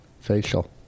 facial